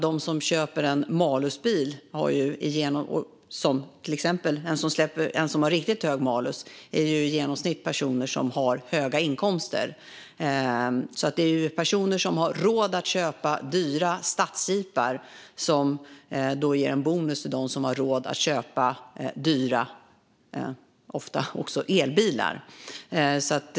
De som köper en malusbil, till exempel en som har riktigt hög malus, är i genomsnitt personer som har höga inkomster. Det är alltså personer som har råd att köpa dyra stadsjeepar som ger en bonus till dem som har råd att köpa dyra, för det är de ofta, elbilar.